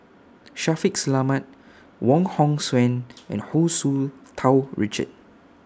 Shaffiq Selamat Wong Hong Suen and Hu Tsu Tau Richard